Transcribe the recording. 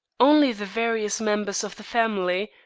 only the various members of the family,